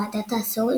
ועדת העשור,